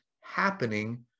happening